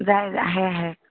যায় আহে আহে